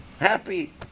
Happy